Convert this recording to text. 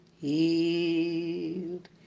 healed